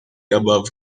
above